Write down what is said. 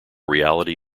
reality